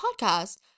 podcast